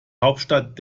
hauptstadt